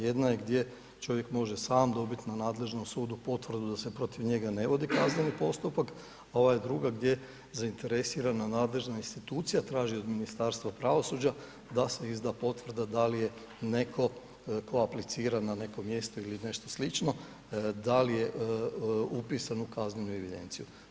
Jedna je gdje čovjek može sam dobiti na nadležnom sudu potvrdu da se protiv njega ne vodi kazneni postupak, a ova druga gdje zainteresirana nadležna institucija traži od Ministarstva pravosuđa da se izda potvrda da li je netko tko aplicira na neko mjesto ili nešto slično, da li je upisan u kaznenu evidenciju.